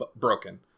Broken